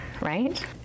right